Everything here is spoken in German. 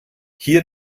hier